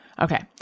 okay